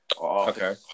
Okay